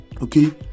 Okay